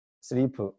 sleep